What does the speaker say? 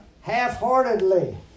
half-heartedly